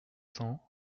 cents